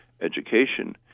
education